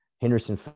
Henderson